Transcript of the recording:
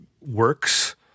works